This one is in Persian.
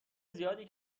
زیادی